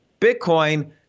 Bitcoin